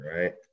right